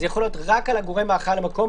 זה יכול להיות רק על הגורם האחראי על המקום.